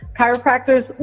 Chiropractors